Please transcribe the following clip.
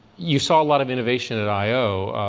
you saw a lot of innovation at i o.